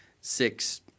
six